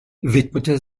widmete